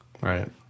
right